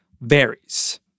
varies